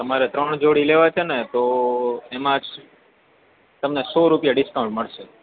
તમારે ત્રણ જોડી લેવાં છે તો એમાં તમને સો રૂપિયા ડિસ્કાઉન્ટ મળશે